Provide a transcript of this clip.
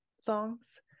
songs